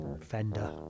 Fender